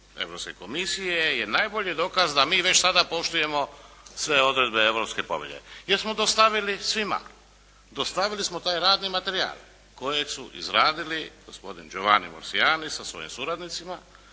je najbolji dokaz da mi već sada poštujemo sve odredbe europske povelje jer smo dostavili svima. Dostavili smo taj radni materijal kojeg su izradili gospodin Giovanni Marciani sa svojim suradnicima